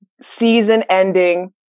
Season-ending